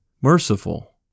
merciful